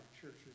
churches